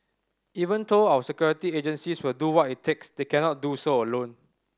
even though our security agencies will do what it takes they cannot do so alone